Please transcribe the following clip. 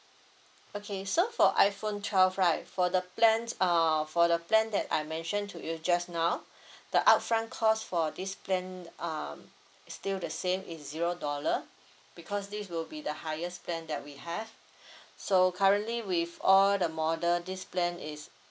okay so for iphone twelve right for the plans uh for the plan that I mentioned to you just now the upfront cost for this plan um is still the same is zero dollar because this will be the highest plan that we have so currently with all the model this plan is